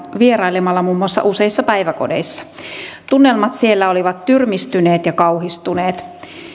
vierailemalla muun muassa useissa päiväkodeissa tunnelmat siellä olivat tyrmistyneet ja kauhistuneet